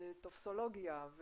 טופסולוגיה,